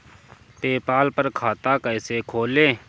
PayPal पर खाता कैसे खोलें?